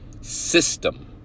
system